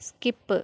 skip